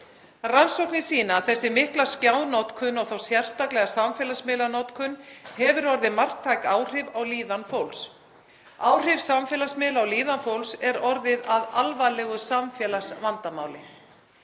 Rannsóknir sýna að þessi mikla skjánotkun og þá sérstaklega samfélagsmiðlanotkun hefur orðið marktæk áhrif á líðan fólks. Áhrif samfélagsmiðla á líðan fólks er orðið að alvarlegu samfélagsvandamáli.